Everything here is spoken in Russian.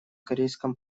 корейском